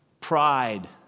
pride